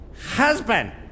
Husband